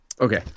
Okay